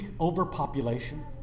overpopulation